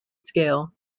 scale